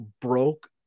broke